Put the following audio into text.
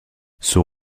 son